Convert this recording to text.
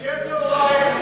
ותהיה טהורה אתנית.